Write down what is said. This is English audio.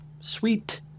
Sweet